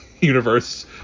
universe